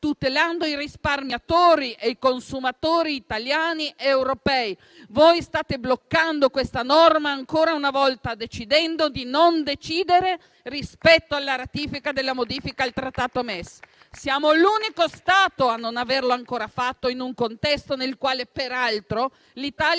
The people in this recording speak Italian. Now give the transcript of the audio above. tutelando i risparmiatori e i consumatori italiani ed europei. Voi state bloccando questa norma ancora una volta, decidendo di non decidere, rispetto alla ratifica della modifica al trattato sul MES. Siamo l'unico Stato a non averlo ancora fatto, in un contesto nel quale, peraltro, l'Italia